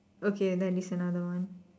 okay then this another one